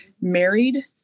married